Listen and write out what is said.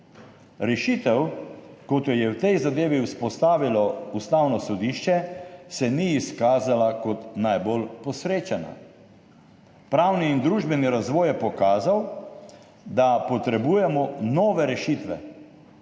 Rešitev, kot jo je v tej zadevi vzpostavilo Ustavno sodišče, se ni izkazala kot najbolj posrečena. Pravni in družbeni razvoj je pokazal, da potrebujemo nove rešitve.